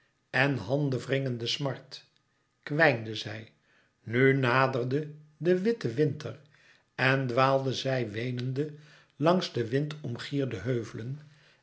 en handenwringende smart kwijnde zij nu naderde de witte winter en dwaalde zij weenende langs de wind omgierde heuvelen